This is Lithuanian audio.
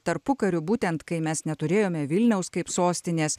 tarpukariu būtent kai mes neturėjome vilniaus kaip sostinės